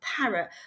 parrot